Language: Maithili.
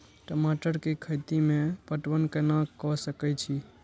टमाटर कै खैती में पटवन कैना क सके छी?